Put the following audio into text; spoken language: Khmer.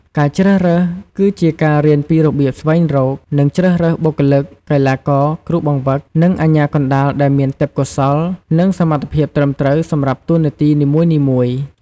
ការជ្រើសរើសគឺជាការរៀនពីរបៀបស្វែងរក និងជ្រើសរើសបុគ្គលិក កីឡាករ គ្រូបង្វឹក និងអាជ្ញាកណ្តាលដែលមានទេពកោសល្យ និងសមត្ថភាពត្រឹមត្រូវសម្រាប់តួនាទីនីមួយៗ។